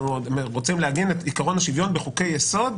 רוצים לעגן את עיקרון השוויון בחוקי-יסוד,